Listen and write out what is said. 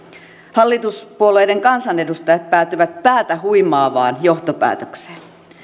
hallituspuolueiden kansanedustajat päätyvät päätä huimaavaan johtopäätökseen